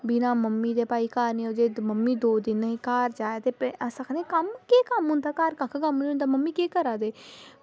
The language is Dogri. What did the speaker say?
बिना मम्मी दे भई घर निं जे मम्मी दौ दिन घर निं आवै ते अस आखनि की कम्म केह् ऐ केह् कम्म होंदा गर कक्ख कम्म निं ऐ मम्मी केह् करा दे घर